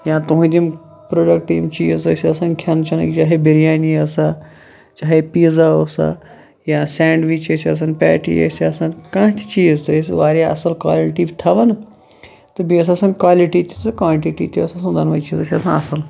یا تُہٕنٛدۍ یِم پروڈَکٹہٕ یِم چیٖز ٲسۍ آسان کھیٚن چَنٕکۍ چاہے بِریانی ٲسا چاہے پیٖزا اوسا یا سینٛڈوِچ ٲسۍ آسان پیٹِی ٲسۍ آسان کانٛہہ تہِ چیٖز تُہۍ ٲسِو واریاہ اَصل کالٹی تھاوان تہٕ بیٚیہِ ٲسۍ آسان کالِٹی تہِ تہٕ کانٹِٹی تہِ دۄنوٕے چیٖز ٲسۍ آسان اَصل